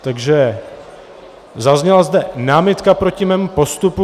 Takže zazněla zde námitka proti mému postupu.